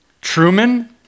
Truman